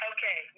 Okay